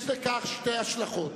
יש לכך שתי השלכות.